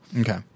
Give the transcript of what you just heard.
Okay